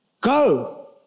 go